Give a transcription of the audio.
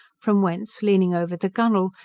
from whence, leaning over the gunnel,